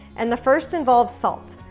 and the first involves salt.